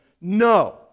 No